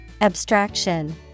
Abstraction